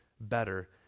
Better